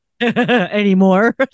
Anymore